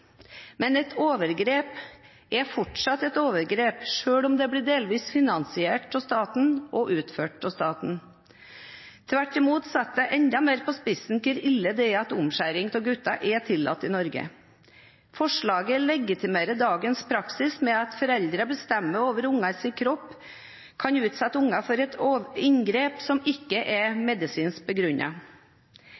Men et overgrep er fortsatt et overgrep, selv om det delvis blir finansiert av staten, og utført av staten. Det setter bare enda mer på spissen hvor ille det er at omskjæring av gutter er tillatt i Norge. Forslaget legitimerer dagens praksis med at foreldrene bestemmer over ungenes kropp og kan utsette unger for inngrep som ikke er